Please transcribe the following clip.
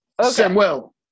Samuel